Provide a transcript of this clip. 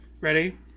Ready